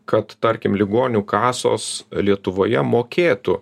kad tarkim ligonių kasos lietuvoje mokėtų